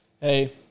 hey